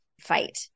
fight